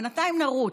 בינתיים נרוץ.